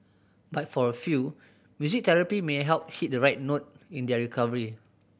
but for a few music therapy may help hit the right note in their recovery